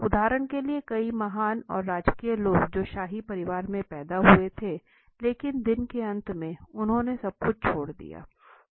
उदाहरण के लिए कई महान और राजकीय लोग जो शाही परिवार में पैदा हुए थे लेकिन दिन के अंत में उन्होंने सब कुछ छोड़ दिया